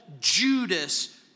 Judas